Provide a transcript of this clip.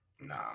Nah